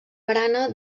barana